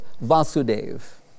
Vasudev